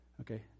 Okay